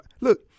look